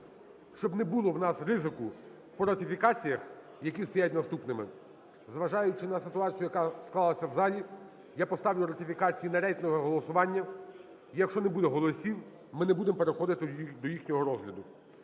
щоб не було в нас ризику по ратифікаціях, які стоять наступними, зважаючи на ситуацію, яка склалася в залі, я поставлю ратифікації на рейтингове голосування. Якщо не буде голосів, ми не будемо переходити до їхнього розгляду.